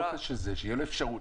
שבטופס תהיה לו אפשרות.